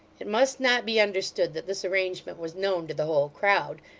it must not be understood that this arrangement was known to the whole crowd,